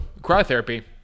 cryotherapy